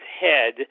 head